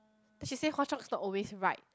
then she say Hua-Chongs not always right